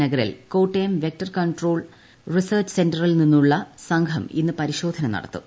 നഗറിൽ Kottayam vector control research സെന്ററിൽനിന്നുള്ള സംഘം ഇന്ന് പ്പിരിശോധന നടത്തും